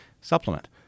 supplement